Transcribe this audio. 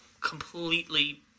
completely